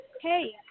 hey